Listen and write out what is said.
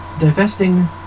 divesting